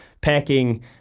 packing